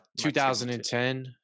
2010